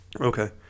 Okay